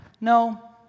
No